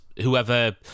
whoever